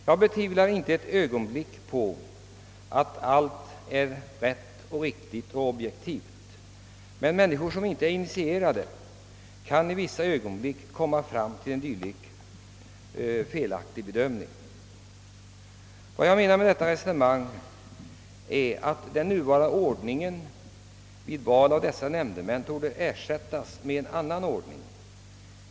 Jag tvivlar inte ett ögonblick på att allt sker riktigt och objektivt, men människor som inte är initierade kan i vissa fall komma fram till en dylik felaktig bedömning. Vad jag menar med detta resonemang är att den nuvarande ordningen när det gäller val av dessa nämndemän bör ersättas med en annan ordning.